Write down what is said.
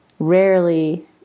Rarely